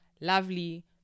lovely